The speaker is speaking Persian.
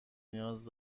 نیاز